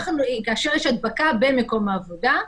כאשר יש הדבקה במקום העבודה,